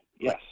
yes